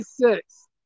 six